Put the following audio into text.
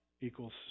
equals